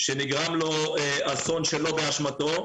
שנגרם לו אסון שלא באשמתו,